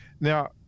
Now